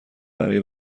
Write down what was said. برای